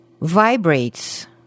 vibrates